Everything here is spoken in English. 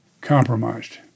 compromised